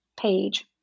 page